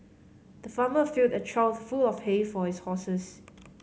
the farmer filled a trough full of hay for his horses